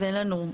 אז אין לנו,